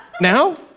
now